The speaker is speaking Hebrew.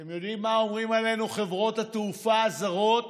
אתם יודעים מה אומרים עלינו בחברות התעופה הזרות,